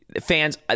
fans